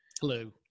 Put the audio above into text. Hello